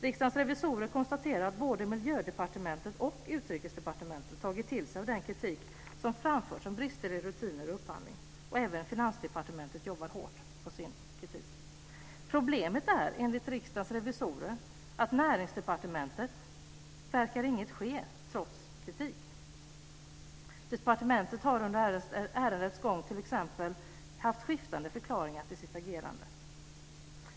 Riskdagens revisorer konstaterar att både Miljödepartementet och Utrikesdepartementet tagit till sig av den kritik som framförts om brister i rutiner för upphandling. Även Finansdepartementet jobbar hårt med den kritik som riktats mot det. Enligt Riksdagens revisorer är problemet att det trots kritiken inte verkar att ske någonting på Näringsdepartementet. Departementet har under ärendets gång haft skiftande förklaringar till sitt agerande.